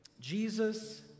Jesus